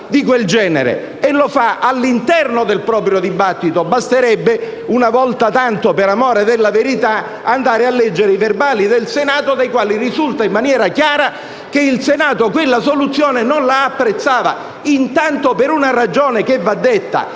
e lo fa all'interno del proprio dibattito. Basterebbe, una volta tanto, per amore della verità, andare a leggere i Resoconti del Senato, dai quali risulta, in maniera chiara, che il Senato quella soluzione non apprezzava e, intanto, per una ragione che va detta: